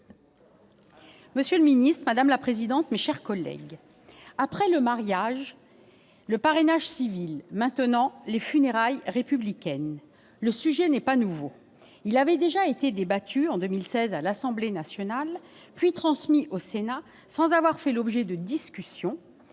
Monsieur le ministre, Madame la Présidente, mes chers collègues, après le mariage, le parrainage civil maintenant les funérailles républicaine, le sujet n'est pas nouveau, il avait déjà été débattue en 2016, à l'Assemblée nationale puis transmis au Sénat, sans avoir fait l'objet de discussions,